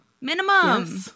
minimum